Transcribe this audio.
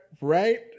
right